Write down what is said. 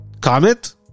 comment